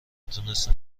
تونستم